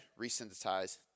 resynthesize